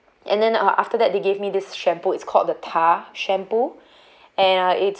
and then uh after that they gave me this shampoo it's called the tar shampoo and uh it's